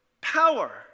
power